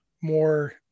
more